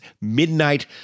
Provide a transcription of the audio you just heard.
Midnight